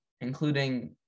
including